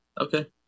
Okay